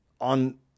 on